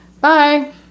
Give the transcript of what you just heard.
bye